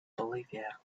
bolivia